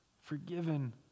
forgiven